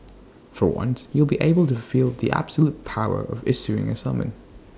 for once you'll be able to feel the absolute power of issuing A summon